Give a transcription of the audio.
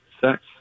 sex